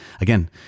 Again